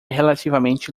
relativamente